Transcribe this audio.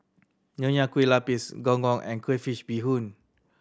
Nonya Kueh Lapis Gong Gong and crayfish beehoon